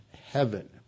heaven